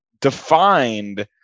defined